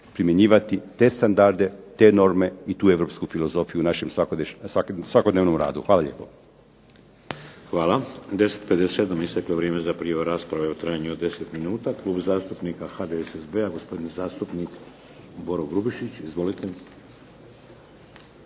primjenjivati te standarde, te norme i tu europsku filozofiju u našem svakodnevnom radu. Hvala lijepo. **Šeks, Vladimir (HDZ)** Hvala. U 10 i 57 isteklo je vrijeme za prijavu rasprave u trajanju od 10 minuta. Klub zastupnika HDSSB-a, gospodin zastupnik Boro Grubišić. Izvolite.